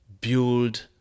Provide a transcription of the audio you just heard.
build